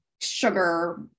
sugar